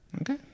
Okay